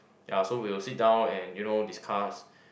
ya so we will sit down and you know discuss